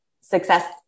success